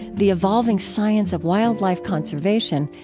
the evolving science of wildlife conservation,